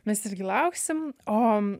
mes irgi lauksim o